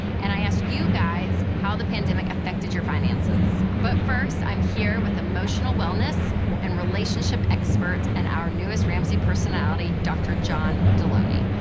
and i asked you guys how the pandemic affected your finances. but first, i'm here with emotional wellness and relationship expert and our newest ramsey personality, dr. john delony.